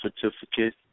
certificate